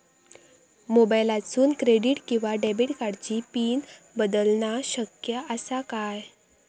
मोबाईलातसून क्रेडिट किवा डेबिट कार्डची पिन बदलना शक्य आसा काय?